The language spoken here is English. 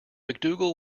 macdougall